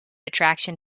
attraction